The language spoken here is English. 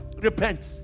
Repent